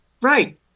Right